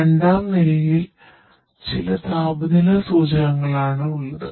രണ്ടാം നിരയിൽ ചില താപനില സൂചനകളാണ് ഉള്ളത്